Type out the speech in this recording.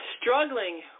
struggling